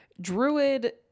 Druid